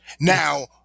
Now